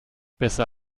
besser